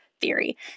theory